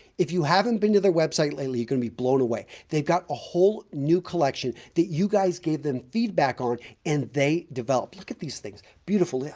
if you haven't been to their website lately you're going to be blown away. they've got a whole new collection that you guys gave them feedback on and they develop. look at these things. beautiful. yeah